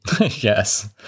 Yes